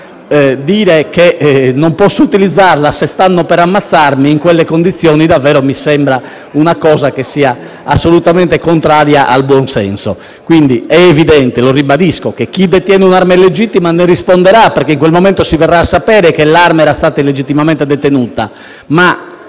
dire che non posso utilizzarla se stanno per ammazzarmi, in quelle condizioni, mi sembra assolutamente contrario al buon senso. Quindi è evidente e lo ribadisco che chi detiene un'arma legittima ne risponderà, perché in quel momento si verrà a sapere che l'arma era illegittimamente detenuta,